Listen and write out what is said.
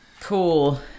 Cool